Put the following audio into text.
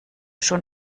schon